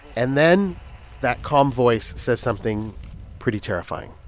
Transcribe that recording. and then that calm voice says something pretty terrifying